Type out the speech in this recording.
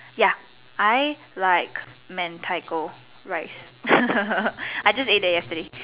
ya I like mentaiko rice I just ate that yesterday